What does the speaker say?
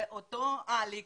ואותו אליק.